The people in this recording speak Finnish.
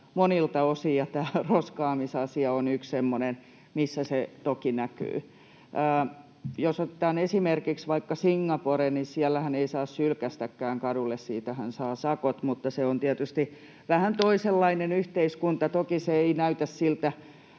monilta osin, ja tämä roskaamisasia on yksi semmoinen, missä se toki näkyy. Jos otetaan esimerkiksi vaikka Singapore, niin siellähän ei saa sylkäistäkään kadulle, siitähän saa sakot, mutta se on tietysti vähän toisenlainen yhteiskunta. Toki eivät näytä